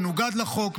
מנוגד לחוק,